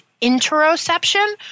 interoception